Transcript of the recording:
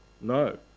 No